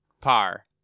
par